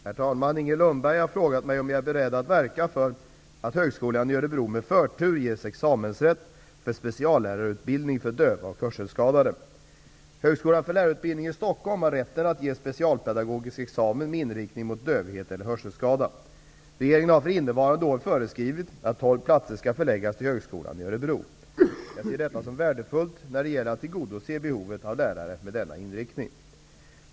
Herr talman! Inger Lundberg har frågat mig om jag är beredd att verka för att Högskolan i Örebro med förtur ges examensrätt för speciallärarutbildning för döva och hörselskadade. Högskolan för lärarutbildning i Stockholm har rätten att ge specialpedagogisk examen med inriktning mot dövhet eller hörselskada. Regeringen har för innevarande år föreskrivit att 12 platser skall förläggas till Högskolan i Örebro. Jag ser detta som värdefullt när det gäller att tillgodose behovet av lärare med denna inriktning.